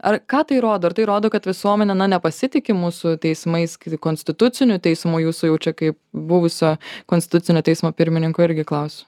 ar ką tai rodo ar tai rodo kad visuomenė na nepasitiki mūsų teismais kai konstituciniu teismu jūsų jau čia kaip buvusio konstitucinio teismo pirmininko irgi klausiu